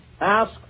ask